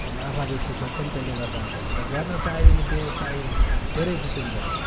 यो नाफा बेसी खोज्छन् त्यसले गर्दा हुँदैन त गर्नु चाह्यो भने व्यवसाय धेरै किसिमको छ